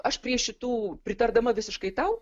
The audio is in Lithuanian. aš prie šitų pritardama visiškai tau